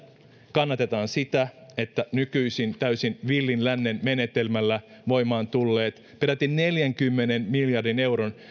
kannatetaan sitä että nykyisin täysin villin lännen menetelmällä voimaan tulleet peräti neljänkymmenen miljardin euron